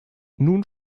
nun